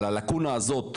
אבל הלקונה הזאת בחוק,